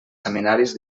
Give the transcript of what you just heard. seminaris